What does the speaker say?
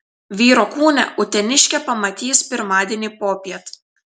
vyro kūną uteniškė pamatys pirmadienį popiet